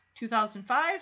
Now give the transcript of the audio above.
2005